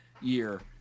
year